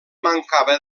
mancava